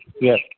Yes